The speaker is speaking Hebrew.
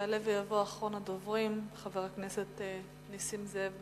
יעלה ויבוא אחרון הדוברים, חבר הכנסת נסים זאב.